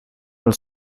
dal